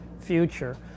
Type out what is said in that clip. future